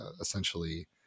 essentially